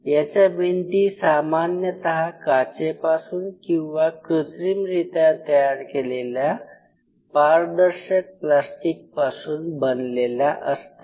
याच्या भिंती सामन्यात काचेपासून किंवा कृत्रीमरीत्या तयार केलेल्या पारदर्शक प्लास्टिक पासून बनलेल्या असतात